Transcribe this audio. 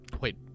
Wait